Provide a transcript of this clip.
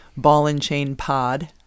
ballandchainpod